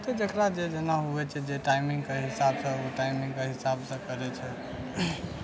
तऽ जेकरा जे जेना होइ छै जे टाइमिङ्ग के हिसाबसँ ओ टाइमिङ्ग के हिसाबसँ करै छै